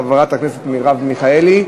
חברת הכנסת מרב מיכאלי,